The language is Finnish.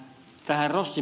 tähän ed